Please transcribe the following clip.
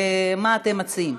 מה אתם מציעים?